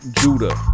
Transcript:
Judah